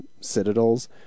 citadels